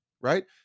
right